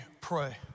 pray